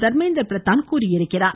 தர்மேந்திர பிரதான் தெரிவித்துள்ளார்